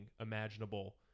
imaginable